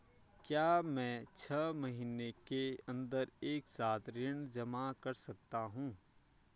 क्या मैं छः महीने के अन्दर एक साथ ऋण जमा कर सकता हूँ?